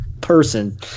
person